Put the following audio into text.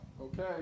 Okay